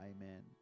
amen